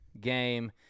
game